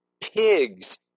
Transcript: pigs